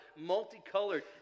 multicolored